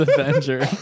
Avenger